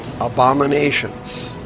abominations